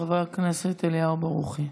חבר הכנסת אליהו ברוכי.